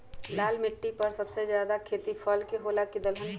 लाल मिट्टी पर सबसे ज्यादा खेती फल के होला की दलहन के?